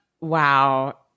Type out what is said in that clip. Wow